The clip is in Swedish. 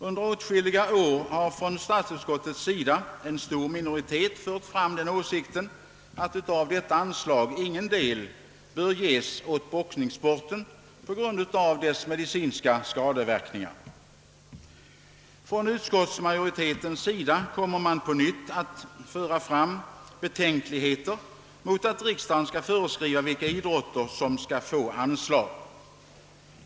Under åtskilliga år har en stor minoritet inom statsutskottet framfört den åsikten, att av detta anslag ingen del bör ges åt boxningssporten på grund av dess medicinska skadeverkningar. Från utskottsmajoritetens sida kommer det på nytt att uttalas betänkligheter mot att riksdagen skall föreskriva vilka idrotter som skall få anslag.